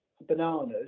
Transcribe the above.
bananas